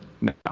no